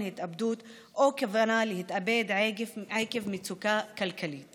התאבדות או כוונה להתאבד עקב מצוקה כלכלית